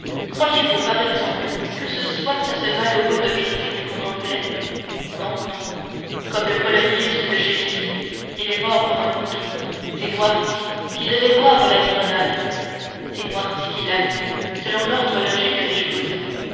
croyez-vous par exemple que ce sort à ce malheureux domestique qu'on en voulait non non comme le polonius de shakespeare il est mort pour un autre c'était noirtier qui devait boire la limonade c'est noirtier qui l'a bue selon l'ordre logique des choses